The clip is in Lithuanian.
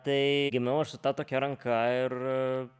tai gimiau aš su ta tokia ranka ir